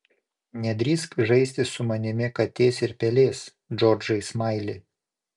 nedrįsk žaisti su manimi katės ir pelės džordžai smaili